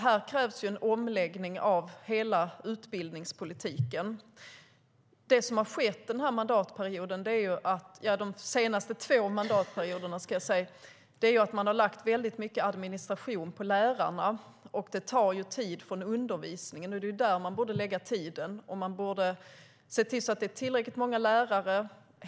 Här krävs en omläggning av hela utbildningspolitiken. Det som har skett de senaste två mandatperioderna är att man har lagt mycket administration på lärarna, vilket tar tid från undervisningen. Det är där man borde lägga tiden, och man borde se till att det finns tillräckligt många lärare.